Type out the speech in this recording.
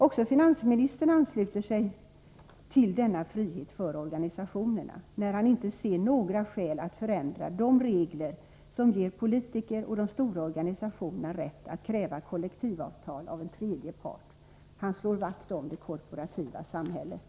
Också finansministern ansluter sig till denna frihet för organisationerna, när han inte ser några skäl att förändra de regler som ger politiker och de stora organisationerna rätt att kräva kollektivavtal av tredje part. Han slår vakt om det korporativa samhället.